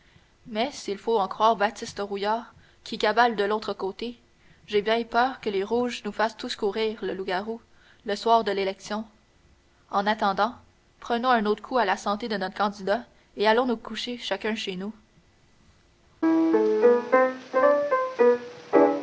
mais s'il faut en croire baptiste rouillard qui cabale de l'autre côté j'ai bien peur que les rouges nous fassent tous courir le loup-garou le soir de l'élection en attendant prenons un aut'coup à la santé de notre candidat et allons nous coucher chacun chez nous